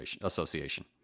association